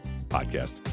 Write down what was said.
Podcast